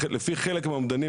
לפי חלק מהאומדנים,